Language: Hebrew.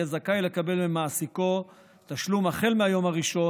יהיה זכאי לקבל ממעסיקו תשלום החל מהיום הראשון,